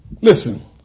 listen